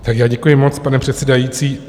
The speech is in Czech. Já děkuji moc, pane předsedající.